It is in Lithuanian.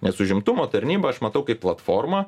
nes užimtumo tarnybą aš matau kaip platformą